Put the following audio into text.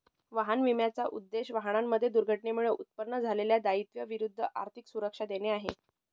वाहन विम्याचा उद्देश, वाहनांमध्ये दुर्घटनेमुळे उत्पन्न झालेल्या दायित्वा विरुद्ध आर्थिक सुरक्षा देणे आहे